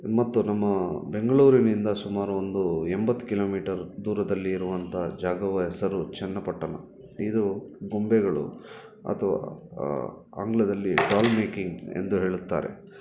ಮತ್ತು ನಮ್ಮ ಬೆಂಗಳೂರಿನಿಂದ ಸುಮಾರು ಒಂದು ಎಂಬತ್ತು ಕಿಲೋಮೀಟರ್ ದೂರದಲ್ಲಿ ಇರುವಂತಹ ಜಾಗದ ಹೆಸರು ಚೆನ್ನಪಟ್ಟಣ ಇದು ಗೊಂಬೆಗಳು ಅಥವಾ ಆಂಗ್ಲದಲ್ಲಿ ಡಾಲ್ ಮೇಕಿಂಗ್ ಎಂದು ಹೇಳುತ್ತಾರೆ